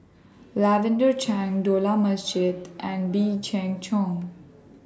Lavender Chang Dollah Majid and Wee Chang Chong